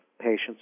patients